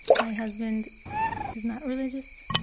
my husband is not religious.